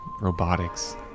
robotics